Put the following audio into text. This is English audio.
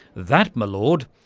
that, my lord,